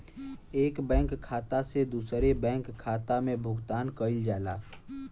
एक बैंक खाता से दूसरे बैंक खाता में भुगतान कइल जाला